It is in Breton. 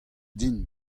din